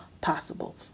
possible